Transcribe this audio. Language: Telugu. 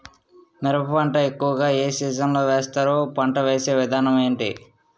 మిరప పంట ఎక్కువుగా ఏ సీజన్ లో వేస్తారు? పంట వేసే విధానం ఎంటి?